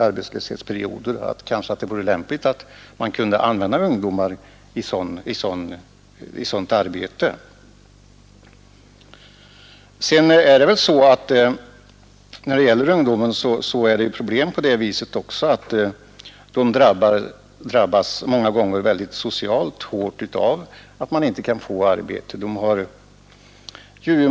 Det kanske kunde vara lämpligt att använda ungdomar i sådant arbete. Ungdomarna drabbas ofta socialt mycket hårt av att inte kunna få arbete.